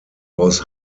aus